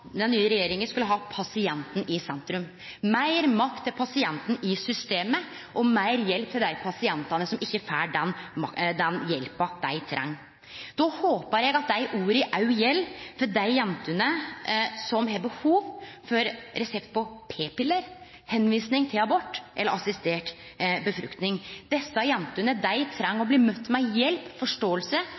den nye regjeringa skulle ha pasienten i sentrum, meir makt til pasienten i systemet og meir hjelp til dei pasientane som ikkje får den hjelpa dei treng. Då håpar eg at dei orda òg gjeld for dei jentene som har behov for resept på p-piller, tilvising til abort eller assistert befruktning. Desse jentene treng å bli møtt med hjelp,